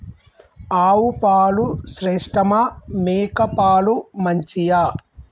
ఆవు పాలు శ్రేష్టమా మేక పాలు మంచియా?